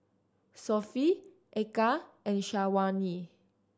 Sofea Eka and Syazwani